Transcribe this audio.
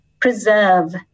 preserve